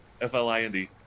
F-L-I-N-D